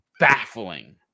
Baffling